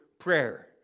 Prayer